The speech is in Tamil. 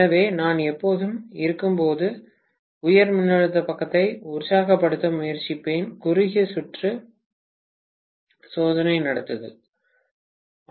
எனவே நான் எப்போதும் இருக்கும்போது உயர் மின்னழுத்த பக்கத்தை உற்சாகப்படுத்த முயற்சிப்பேன் குறுகிய சுற்று சோதனை நடத்துதல்